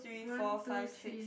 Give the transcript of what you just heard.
one two three